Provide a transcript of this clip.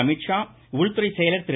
அமீத்ஷா உள்துறை செயலர் திரு